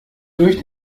durch